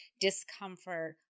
discomfort